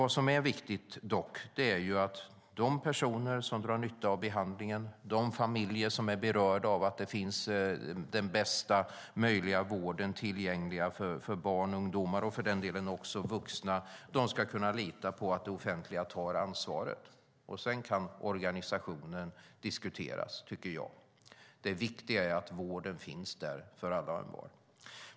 Det viktiga är att de personer som drar nytta av behandlingen, de familjer som är berörda av att få tillgång till den bästa möjliga vården för barn, ungdomar och vuxna, ska kunna lita på att det offentliga tar ansvaret. Sedan kan organisationen diskuteras. Det viktiga är att vården finns för alla och envar.